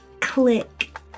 click